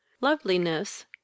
loveliness